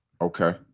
Okay